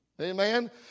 Amen